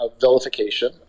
vilification